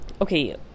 okay